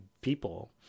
people